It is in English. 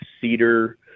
cedar